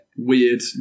Weird